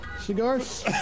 Cigars